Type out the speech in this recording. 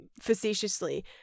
facetiously